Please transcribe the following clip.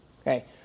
Okay